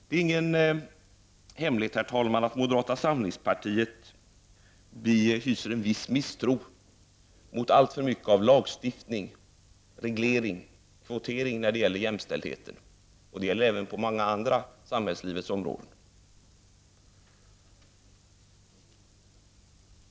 Det är ingen hemlighet att moderata samlingspartiet hyser en viss misstro mot alltför mycket lagstiftning, reglering och kvotering i fråga om jämställdheten. Det gäller även på många andra samhällslivets områden.